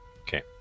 Okay